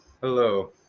hello